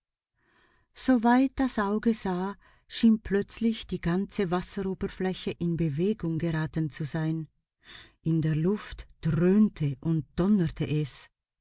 weit das auge sah schien plötzlich die ganze marsoberfläche in bewegung geraten zu sein in der luft dröhnte und donnerte es